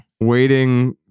Waiting